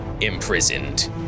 imprisoned